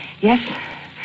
Yes